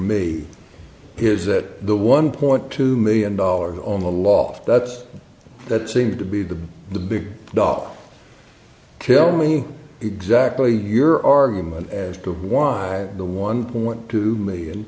me is that the one point two million dollars on the law that that seemed to be the the big dog kill me exactly your argument as to why the one point two million